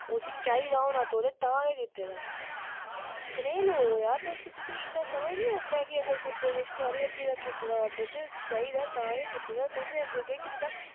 उसी चाहिदा होना तौले तां गै कीते दा कनेह् लोक ओ जार तुस तुसें इन्ना समझ निं औंदा ऐ कि अगर कुसै किश थोआढ़ी हट्टी दा कीते दा आर्डर ते उसी चाहिदा तां गै कीता तुसें अग्गें केह् कीता